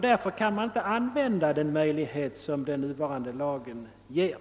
Därför kan man inte heller använda den möjlighet som den nuvarande lagen ger.